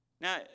Now